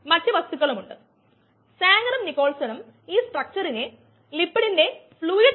അതിനാൽ വേഗതയേറിയ പ്രോസസ്സ് താരതമ്യം ചെയുമ്പോൾ സ്യുഡോ സ്റ്റെഡി സ്റ്റേറ്റിൽ ആകാം മാത്രമല്ല ഇത് വിശാലമായ അപ്ലിക്കേഷൻസ് ഉള്ള ഒരു ആശയമാണ്